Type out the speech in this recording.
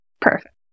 Perfect